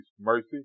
mercy